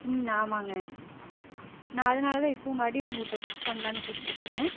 ம் ஆமாங்க நான் அதனாலதான் இப்போ மறுபுடியும் உங்கக்கிட்ட புக் பண்ண்லான்னு கூப்பிட்டுருக்குறங்க